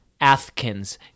Athkins